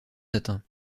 atteint